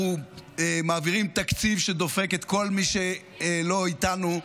אנחנו מעבירים תקציב שדופק את כל מי שלא איתנו,